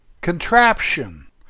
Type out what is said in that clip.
Contraption